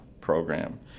program